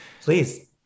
Please